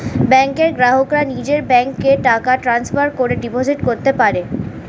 ব্যাংকের গ্রাহকরা নিজের ব্যাংকে টাকা ট্রান্সফার করে ডিপোজিট করতে পারে